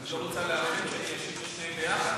את לא רוצה לאחד, להשיב על שניהם ביחד?